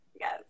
yes